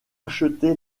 acheté